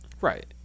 Right